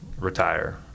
retire